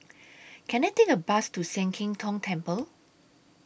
Can I Take A Bus to Sian Keng Tong Temple